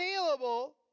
available